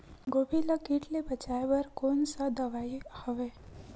गोभी ल कीट ले बचाय बर कोन सा दवाई हवे?